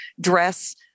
dress